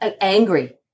angry